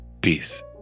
Peace